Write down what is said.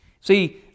See